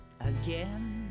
Again